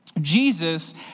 Jesus